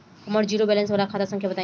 हमर zero balance वाला खाता संख्या बताई?